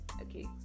Okay